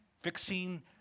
fixing